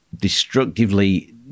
destructively